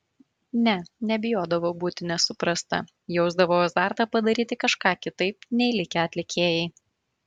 ne nebijodavau būti nesuprasta jausdavau azartą padaryti kažką kitaip nei likę atlikėjai